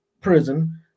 prison